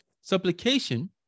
Supplication